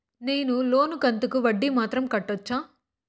నేను లోను కంతుకు వడ్డీ మాత్రం కట్టొచ్చా?